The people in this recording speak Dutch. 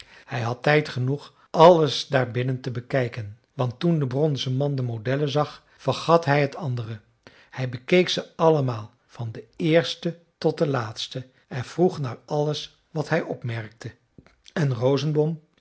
hij had tijd genoeg alles daar binnen te bekijken want toen de bronzen man de modellen zag vergat hij het andere hij bekeek ze allemaal van de eerste tot de laatste en vroeg naar alles wat hij opmerkte en